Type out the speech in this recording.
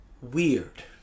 weird